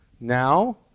Now